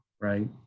right